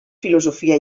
filosofia